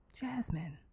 Jasmine